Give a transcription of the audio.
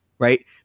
right